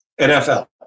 NFL